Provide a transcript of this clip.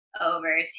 over